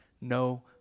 no